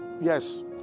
Yes